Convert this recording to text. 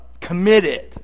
committed